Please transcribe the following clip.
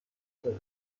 کاری